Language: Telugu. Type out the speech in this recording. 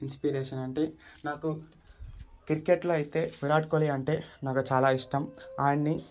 ఇన్స్పిరేషన్ అంటే నాకు క్రికెట్లో అయితే విరాట్ కోహ్లీ అంటే నాకు చాలా ఇష్టం ఆయన్ని